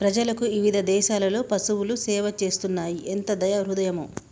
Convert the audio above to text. ప్రజలకు ఇవిధ దేసాలలో పసువులు సేవ చేస్తున్నాయి ఎంత దయా హృదయమో